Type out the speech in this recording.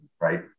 right